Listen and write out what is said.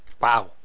Wow